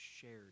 shared